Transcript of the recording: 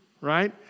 right